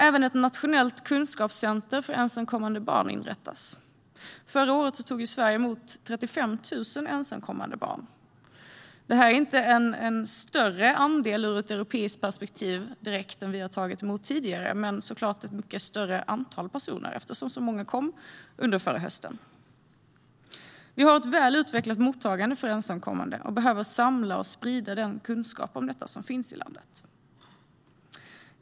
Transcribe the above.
Även ett nationellt kunskapscenter för ensamkommande barn inrättas. Förra året tog Sverige emot 35 000 ensamkommande barn. Detta är ur ett europeiskt perspektiv inte en större andel än vad vi tidigare har tagit emot. Det är dock ett större antal personer eftersom så många kom förra hösten. Vi har ett väl utvecklat mottagande för ensamkommande och behöver samla och sprida den kunskap om detta som finns i landet.